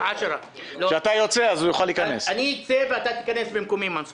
אני אצא ואתה תיכנס במקומי, מנסור.